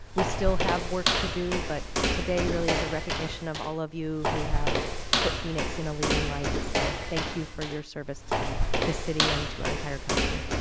we still have work to do, but today really is a recognition of all of you who have put phoenix in a leading light. so thank you for your service to this city and to our entire country.